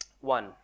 One